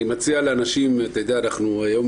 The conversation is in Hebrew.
אני מציע לאנשים, אנחנו היום